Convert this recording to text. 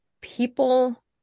people